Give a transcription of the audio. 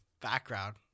background